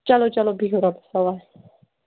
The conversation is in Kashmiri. چلو چلو بِہِو رۄبَس حوالہٕ